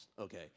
okay